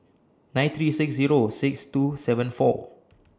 nine three six Zero six two seven four